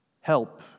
help